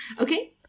Okay